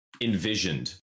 envisioned